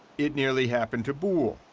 it nearly happened to boole,